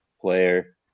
player